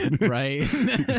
Right